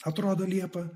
atrodo liepą